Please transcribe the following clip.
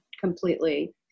completely